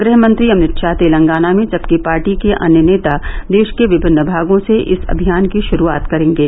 गृहमंत्री अमित शाह तेलंगाना में जबकि पार्टी के अन्य नेता देश के विभिन्न भागों से इस अभियान की शुरूआत करेंगे